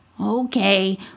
okay